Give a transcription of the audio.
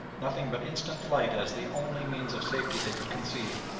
nothing but instant flight as the only means of safety they could conceive,